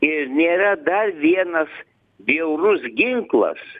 ir nėra dar vienas bjaurus ginklas